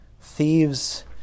Thieves